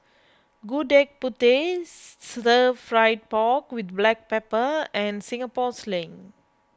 Gudeg Putih Stir Fried Pork with Black Pepper and Singapore Sling